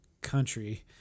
country